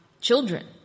children